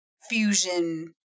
fusion